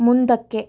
ಮುಂದಕ್ಕೆ